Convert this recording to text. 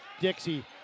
Dixie